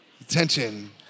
Attention